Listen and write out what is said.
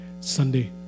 Sunday